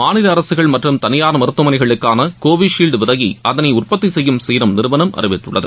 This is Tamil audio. மாநில அரசுகள் மற்றும் தனியார் மருத்துவமனைகளுக்கான கோவிஷீல்டு விலையை அதனை உற்பத்தி செய்யும் சீரம் நிறுவனம் அறிவித்துள்ளது